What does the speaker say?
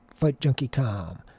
FightJunkieCom